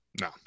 No